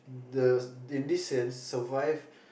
the in this sense survive